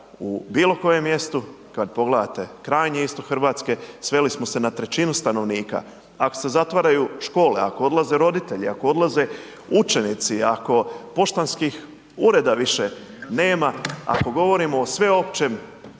u bilo kojem mjestu kada pogledate krajnji istok Hrvatske sveli smo se na trećinu stanovnika? Ako se zatvaraju škole, ako odlaze roditelji, ako odlaze učenici, ako poštanskih ureda više nema, ako govorimo o sveopćem nazadovanju